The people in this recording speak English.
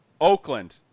Oakland